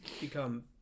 become